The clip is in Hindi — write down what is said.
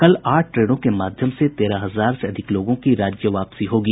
कल भी आठ ट्रेनों के माध्यम से तेरह हजार से अधिक लोगों की राज्य वापसी होगी